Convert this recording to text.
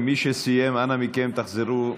חברים, מי שסיים, אנא מכם, תחזרו.